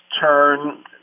turn